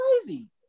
crazy